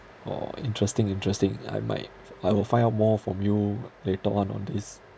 oh interesting interesting I might I will find out more from you later on on this